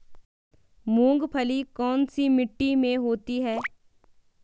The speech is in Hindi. मूंगफली कौन सी मिट्टी में होती है?